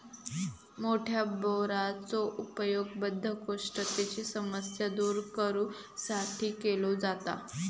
मोठ्या बोराचो उपयोग बद्धकोष्ठतेची समस्या दूर करू साठी केलो जाता